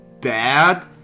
bad